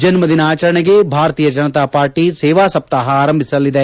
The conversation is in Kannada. ಜನ್ನದಿನ ಆಚರಣೆಗೆ ಭಾರತೀಯ ಜನತಾ ಪಾರ್ಟಿ ಸೇವಾ ಸಪ್ನಾಹ ಆರಂಭಿಸಲಿದೆ